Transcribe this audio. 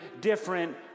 different